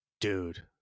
Dude